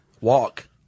walk